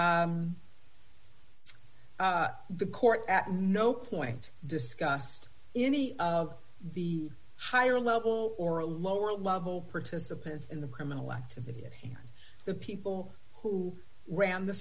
the court at no point discussed any of the higher level or a lower level participants in the criminal activity of the people who ran the